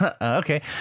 Okay